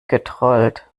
getrollt